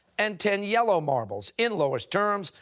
and ten yellow marbles. in lowest terms,